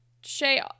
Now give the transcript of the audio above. Shay